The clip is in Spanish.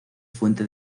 fuente